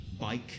bike